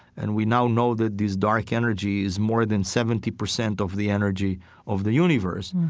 and we now know that this dark energy is more than seventy percent of the energy of the universe.